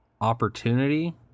opportunity